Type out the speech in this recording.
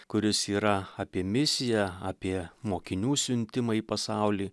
kuris yra apie misiją apie mokinių siuntimą į pasaulį